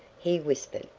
he whispered,